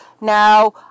Now